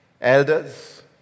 elders